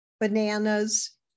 Bananas